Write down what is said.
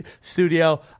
studio